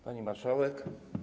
Pani Marszałek!